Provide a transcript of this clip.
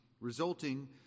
resulting